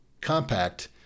Compact